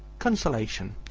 consolation,